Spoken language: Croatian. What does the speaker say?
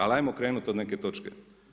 Ali ajmo krenuti od neke točke.